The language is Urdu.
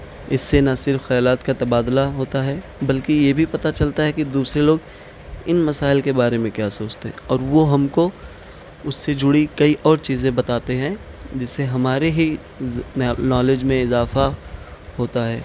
اس سے نہ صرف خیالات کا تبادلہ ہوتا ہے بلکہ یہ بھی پتا چلتا ہے کہ دوسرے لوگ ان مسائل کے بارے میں کیا سوچتے ہیں اور وہ ہم کو اس سے جڑی کئی اور چیزیں بتاتے ہیں جس سے ہمارے ہی نالج میں اضافہ ہوتا ہے